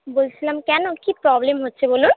বলছিলাম কেন কী প্রবলেম হচ্ছে বলুন